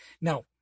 now